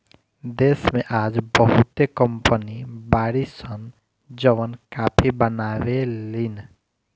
देश में आज बहुते कंपनी बाड़ी सन जवन काफी बनावे लीन